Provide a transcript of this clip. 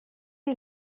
die